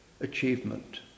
achievement